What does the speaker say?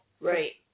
Right